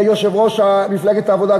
יושב-ראש מפלגת העבודה,